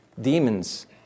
Demons